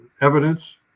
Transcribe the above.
evidence